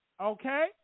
Okay